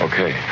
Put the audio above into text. Okay